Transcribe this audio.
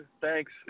thanks